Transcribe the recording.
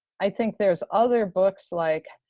i think there's other books like,